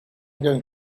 going